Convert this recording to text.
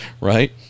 right